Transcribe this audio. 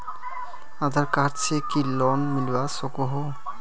आधार card से की loan मिलवा सकोहो?